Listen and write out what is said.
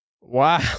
wow